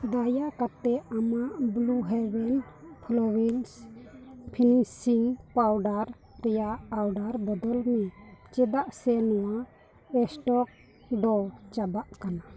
ᱫᱟᱭᱟ ᱠᱟᱛᱮᱫ ᱟᱢᱟᱜ Blue Heaven flawless finishing powder ᱨᱮᱱᱟᱜ ᱚᱨᱰᱟᱨ ᱵᱚᱫᱚᱞᱢᱮ ᱪᱮᱫᱟᱜ ᱥᱮ ᱱᱚᱣᱟ ᱥᱴᱚᱠ ᱫᱚ ᱪᱟᱵᱟ ᱟᱠᱟᱱᱟ